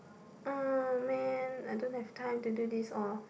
oh man I don't have time to do this or